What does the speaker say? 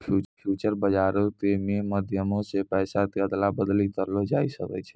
future बजारो के मे माध्यमो से पैसा के अदला बदली करलो जाय सकै छै